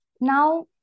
Now